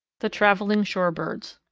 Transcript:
the travelling shore birds.